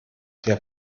der